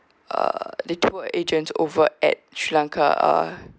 uh the tour agent over at sri lanka uh